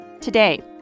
Today